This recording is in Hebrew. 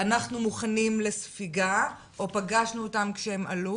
אנחנו מוכנים לספיגה או פגשנו אותם כשהם עלו